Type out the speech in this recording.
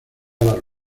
las